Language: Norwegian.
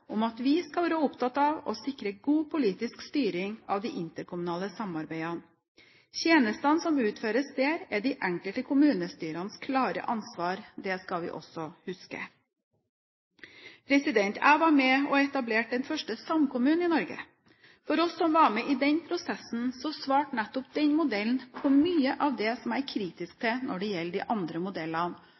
om at vi skal være opptatt av å sikre god politisk styring av de interkommunale samarbeidene. Tjenestene som utføres der, er de enkelte kommunestyrenes klare ansvar. Det skal vi også huske. Jeg var med og etablerte den første samkommunen i Norge. For oss som var med i den prosessen, svarte nettopp den modellen på mye av det som jeg er kritisk til når det gjelder de andre modellene.